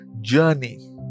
journey